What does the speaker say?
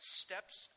steps